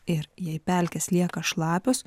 ir jai pelkės lieka šlapios